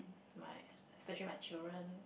my es~ especially my children